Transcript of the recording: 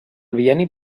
bienni